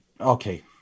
okay